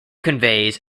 conveys